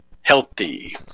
healthy